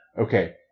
Okay